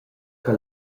che